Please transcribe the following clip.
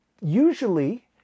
usually